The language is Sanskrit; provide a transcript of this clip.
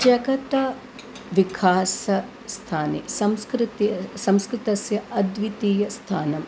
जगतः विकासस्थाने संस्कृतेः संस्कृतस्य अद्वितीयं स्थानम्